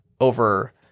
over